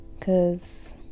cause